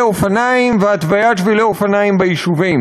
אופניים והתוויית שבילי אופניים ביישובים.